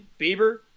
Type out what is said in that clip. Bieber